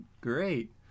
great